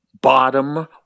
bottom